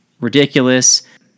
ridiculous